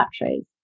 batteries